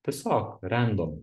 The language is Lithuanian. tiesiog rendom